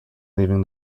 leaving